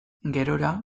gerora